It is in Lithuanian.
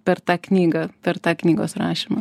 per tą knygą per tą knygos rašymą